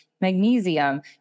magnesium